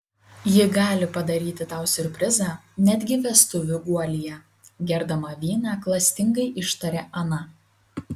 ji gali padaryti tau siurprizą netgi vestuvių guolyje gerdama vyną klastingai ištarė ana